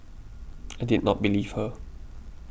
I did not believe her